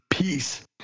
Peace